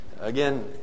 Again